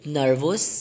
nervous